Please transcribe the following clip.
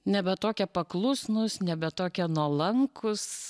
nebe tokie paklusnūs nebe tokie nuolankūs